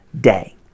day